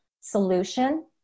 solution